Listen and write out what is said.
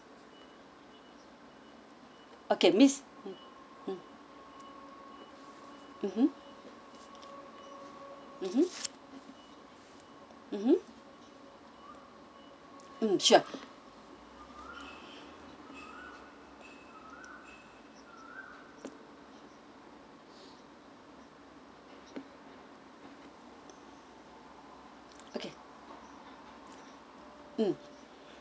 okay miss mm mmhmm mm sure okay mm